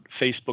Facebook